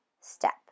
step